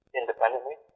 independently